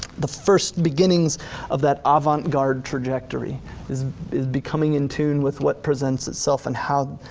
the first beginnings of that avant-garde trajectory is is becoming in tune with what presents itself and how,